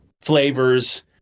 flavors